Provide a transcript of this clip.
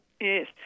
Yes